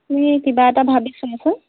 তুমি কিবা এটা ভাবি চোৱাচোন